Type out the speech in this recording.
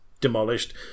demolished